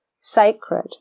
sacred